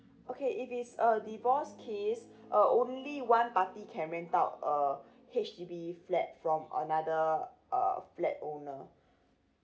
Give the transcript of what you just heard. okay if it's a divorce case uh only one party can rent out uh H_D_B flat from another uh flat owner